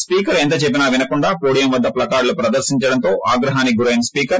speaker ఎంత చెప్పినా వినకుండా పొడియం వద్ద ప్లకార్డులు ప్రదర్శించడంతో ఆగ్రహానికి గురైన స్పీకర్